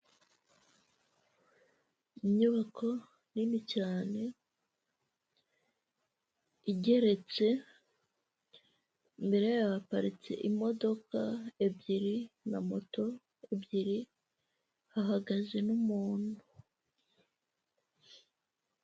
Inyubako nini cyane igeretse, imbere yayo haparitse imodoka ebyiri na moto ebyiri, hahagaze n'umuntu.